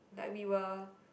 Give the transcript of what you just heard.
like we were